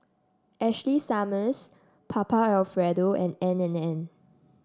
Ashley Summers Papa Alfredo and N and N